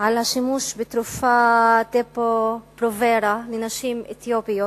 על השימוש בתרופה Depo-provera לנשים אתיופיות,